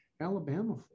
alabama